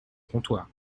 comptoir